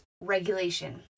regulation